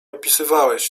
opisywałeś